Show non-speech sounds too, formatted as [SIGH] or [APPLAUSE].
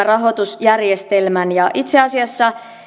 [UNINTELLIGIBLE] rahoitusjärjestelmän itse asiassa